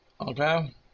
okay